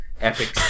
epic